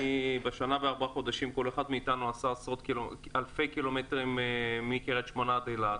אני בשנה וארבעה חודשים האחרונים נסעתי אלפי קילומטרים מצפון ועד דרום.